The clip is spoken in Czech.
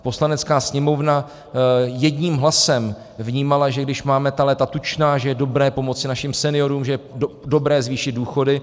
Poslanecká sněmovna jedním hlasem vnímala, že když máme ta léta tučná, je dobré pomoci našim seniorům, že je dobré zvýšit důchody.